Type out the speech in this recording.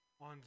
on